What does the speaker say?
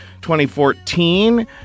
2014